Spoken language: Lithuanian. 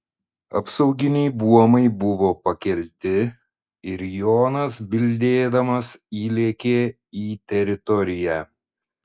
apsauginiai buomai buvo pakelti ir jonas bildėdamas įlėkė į teritoriją